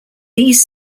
these